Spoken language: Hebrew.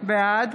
בעד